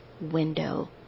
window